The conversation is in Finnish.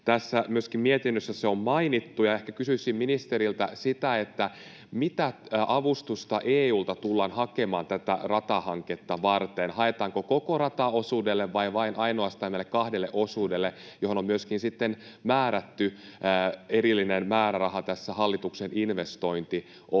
tässä mietinnössä se on mainittu. Ehkä kysyisin ministeriltä: Mitä avustusta EU:lta tullaan hakemaan tätä ratahanketta varten? Haetaanko koko rataosuudelle vai ainoastaan näille kahdelle osuudelle, joihin on myöskin määrätty erillinen määräraha tässä hallituksen investointiohjelmassa?